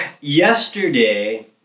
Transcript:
yesterday